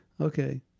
Okay